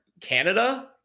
Canada